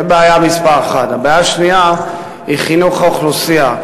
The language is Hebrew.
זו בעיה מס' 1. הבעיה השנייה היא חינוך האוכלוסייה.